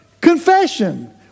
confession